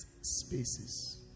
spaces